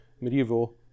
medieval